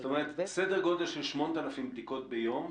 זאת אומרת, סדר גודל של 8,000 בדיקות ביום.